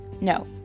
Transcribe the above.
No